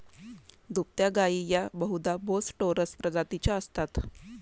दुभत्या गायी या बहुधा बोस टोरस प्रजातीच्या असतात